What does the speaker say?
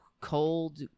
cold